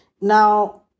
Now